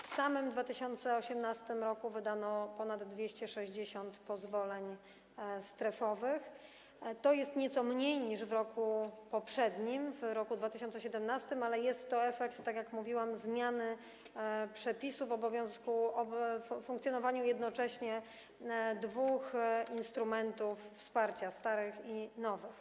W samym 2018 r. wydano ponad 260 pozwoleń strefowych, tj. nieco mniej niż w roku poprzednim, w roku 2017, ale jest to efekt, tak jak mówiłam, zmiany przepisów dotyczących funkcjonowania jednocześnie dwóch instrumentów wsparcia, starych i nowych.